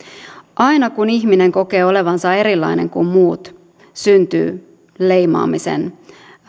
aina kun ihminen kokee olevansa erilainen kuin muut syntyy leimaamisen